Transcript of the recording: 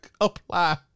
apply